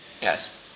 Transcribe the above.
Yes